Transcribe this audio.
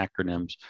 acronyms